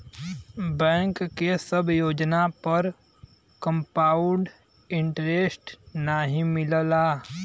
bank के सब योजना पर कंपाउड इन्टरेस्ट नाहीं मिलला